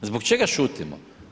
Zbog čega šutimo?